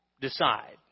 decide